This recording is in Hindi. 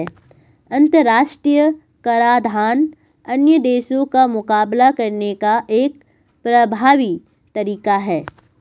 अंतर्राष्ट्रीय कराधान अन्य देशों का मुकाबला करने का एक प्रभावी तरीका है